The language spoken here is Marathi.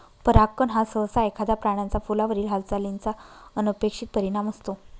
परागकण हा सहसा एखाद्या प्राण्याचा फुलावरील हालचालीचा अनपेक्षित परिणाम असतो